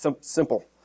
simple